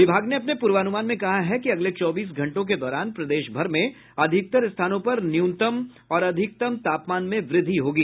विभाग ने अपने पूर्वानुमान में कहा है कि अगले चौबीस घंटों के दौरान प्रदेश भर में अधिकतर स्थानों पर न्यूनतम और अधिकतम तापमान में वृद्धि होगी